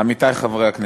עמיתי חברי הכנסת,